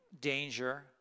danger